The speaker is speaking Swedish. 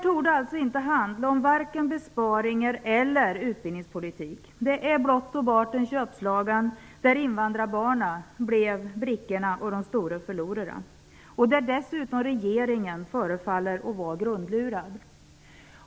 Detta torde allså inte handla om vare sig besparingar eller utbildningspolitik. Det är blott och bart en köpslagan. Invandrarbarnen blir de stora förlorarna, och regeringen förefaller dessutom vara grundlurad.